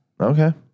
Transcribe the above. Okay